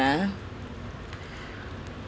ah